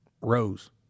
rose